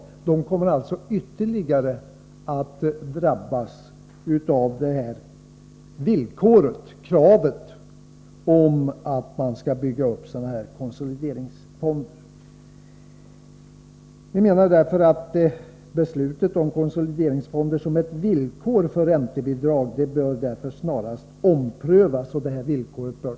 Dessa bostadsföretag kommer alltså att drabbas ytterligare av kravet på konsolideringsfonder. Vi anser därför att beslutet om konsolideringsfonder som ett villkor för räntebidrag snarast bör omprövas och tas bort.